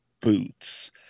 boots